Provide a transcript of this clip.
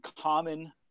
common